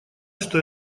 что